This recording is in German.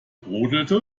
brodelte